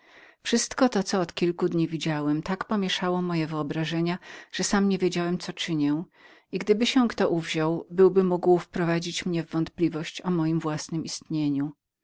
wszystko to co od kilku dni widziałem tak pomieszało moje wyobrażenia że sam nie wiedziałem co czyniłem i gdyby kto był uwziął się byłby mógł wprowadzić mnie w wątpliwość o mojem własnem istnieniu